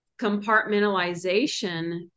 compartmentalization